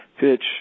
pitch